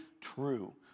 true